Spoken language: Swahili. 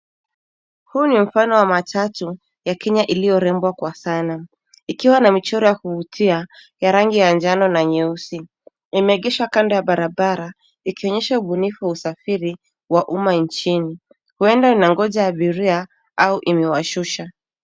Huu ni mfano wa matatu ya kenya iliyorembwa kwa sana. Ikiwa na michoro ya kuvutia ya rangi ya njano na nyeusi. Imeegeshwa kando ya barabara, ikionyesha ubunifu wa usafiri wa umma nchini. Huenda inangoja abiria au ina washusha.